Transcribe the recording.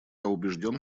убежден